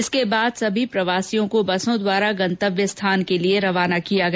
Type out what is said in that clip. इसके बाद सभी व्यक्तियों को बसों द्वारा गंतव्य स्थान के लिए रवाना किया गया